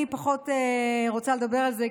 אני פחות רוצה לדבר על זה,